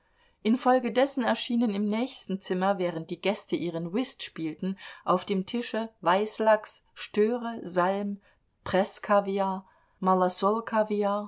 infolgedessen erschienen im nächsten zimmer während die gäste ihren whist spielten auf dem tische weißlachs störe salm